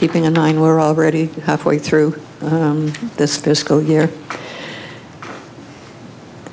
keeping and nine were already halfway through this fiscal year